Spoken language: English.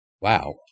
wow